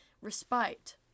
Respite